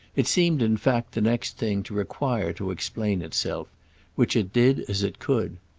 it seemed in fact, the next thing, to require to explain itself which it did as it could.